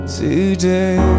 today